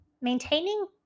Maintaining